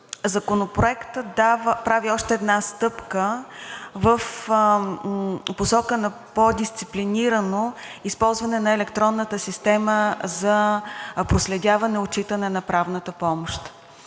Законопроектът прави още една стъпка в посока на по-дисциплинирано използване на електронната система за проследяване и отчитане на правната помощ